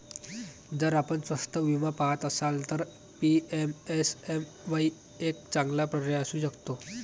जर आपण स्वस्त विमा पहात असाल तर पी.एम.एस.एम.वाई एक चांगला पर्याय असू शकतो